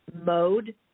mode